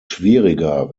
schwieriger